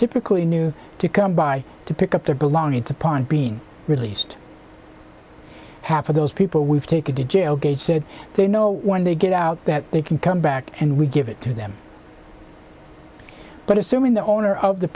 typically new to come by to pick up their belongings to pawn being released half of those people we've taken to jail gates said they know when they get out that they can come back and we give it to them but assuming the owner of the